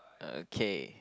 okay